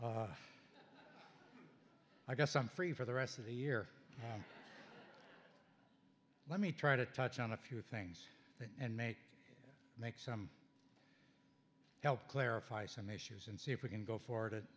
s i guess i'm free for the rest of the year let me try to touch on a few things and make make some help clarify some issues and see if we can go forward